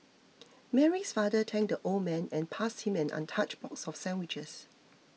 Mary's father thanked the old man and passed him an untouched box of sandwiches